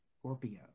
Scorpio